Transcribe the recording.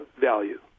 value